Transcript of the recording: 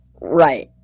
Right